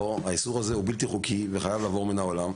האיסור הזה הוא בלתי חוקי וחייב לעבור מן העולם.